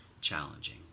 challenging